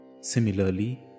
Similarly